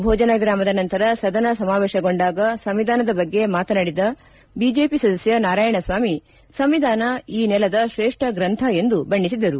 ಭೋಜನ ವಿರಾಮದ ನಂತರ ಸದನ ಸಮಾವೇಶಗೊಂಡಾಗ ಸಂವಿಧಾನದ ಬಗ್ಗೆ ಮಾತನಾಡಿದ ಬಿಜೆಪಿ ಸದಸ್ಯ ನಾರಾಯಣಸ್ವಾಮಿ ಸಂವಿಧಾನ ಈ ನೆಲದ ಶ್ರೇಷ್ಪಗ್ರಂಥ ಎಂದು ಬಣ್ಣಿಸಿದರು